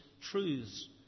truths